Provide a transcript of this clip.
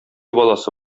баласы